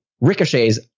ricochets